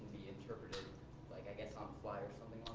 interpreted like i guess on flyers